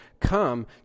come